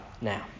now